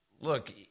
look